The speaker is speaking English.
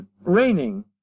raining